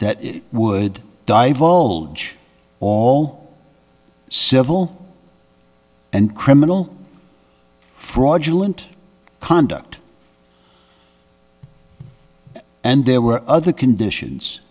that it would divulge all civil and criminal fraudulent conduct and there were other conditions